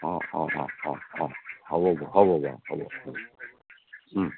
অ অ অ অ অ হ'ব হ'ব বাৰু হ'ব